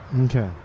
Okay